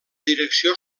direcció